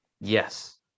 yes